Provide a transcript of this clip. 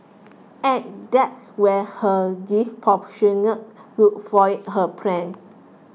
and that's when her disproportionate look foiled her plans